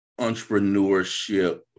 entrepreneurship